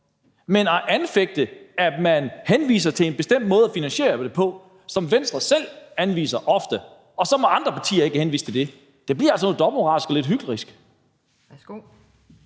Men at anfægte, at man henviser til en bestemt måde at finansiere det på, som Venstre selv ofte anviser – og så må andre partier ikke henvise til det – bliver altså noget dobbeltmoralsk og lidt hyklerisk.